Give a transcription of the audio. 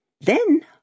Then-